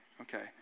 okay